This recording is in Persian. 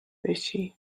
بشی